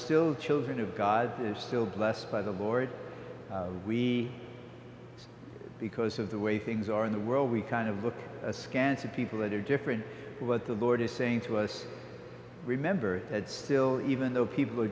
still children of god is still blessed by the lord we because of the way things are in the world we kind of look askance at people that are different to what the lord is saying to us remember that still even though people are